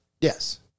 Yes